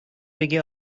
بگی